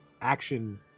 action